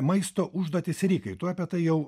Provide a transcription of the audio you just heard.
maisto užduotys rikai tu apie tai jau